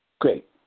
Great